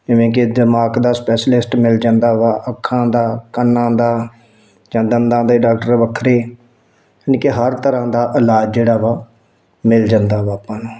ਜਿਵੇਂ ਕਿ ਦਿਮਾਗ ਦਾ ਸਪੈਸ਼ਲਿਸਟ ਮਿਲ ਜਾਂਦਾ ਵਾ ਅੱਖਾਂ ਦਾ ਕੰਨਾਂ ਦਾ ਜਾਂ ਦੰਦਾਂ ਦੇ ਡਾਕਟਰ ਵੱਖਰੇ ਨੀ ਕਿ ਹਰ ਤਰ੍ਹਾਂ ਦਾ ਇਲਾਜ ਜਿਹੜਾ ਵਾ ਮਿਲ ਜਾਂਦਾ ਵਾ ਆਪਾਂ ਨੂੰ